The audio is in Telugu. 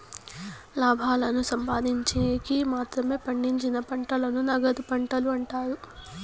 లాభాలను సంపాదిన్చేకి మాత్రమే పండించిన పంటలను నగదు పంటలు అంటారు